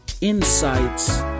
insights